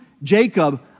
Jacob